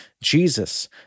Jesus